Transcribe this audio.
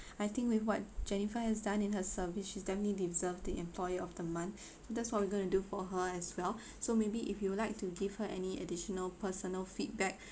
I think with what jennifer has done in her service she's definitely deserve the employee of the month that's what we going to do for her as well so maybe if you'd like to give her any additional personal feedback